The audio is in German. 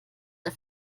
der